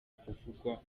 kuvugwa